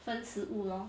分食物 lor